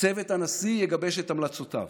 צוות הנשיא יגבש את המלצותיו.